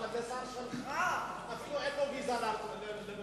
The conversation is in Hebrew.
אבל לשר שלך אפילו אין ויזה למצרים.